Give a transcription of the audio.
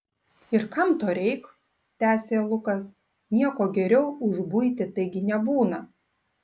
ir kam to reik tęsė lukas nieko geriau už buitį taigi nebūna